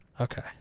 okay